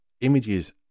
images